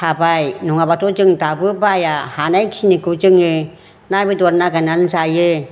थाबाय नङाबाथ' जों दाबो बाया हानाय खिनिखौ जोङो ना बेदर नागिरनानै जायो